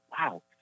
wow